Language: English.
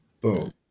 Boom